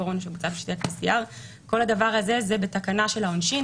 קורונה שבוצעה בשיטת PCR"; כל הדבר הזה זה בתקנה של העונשין,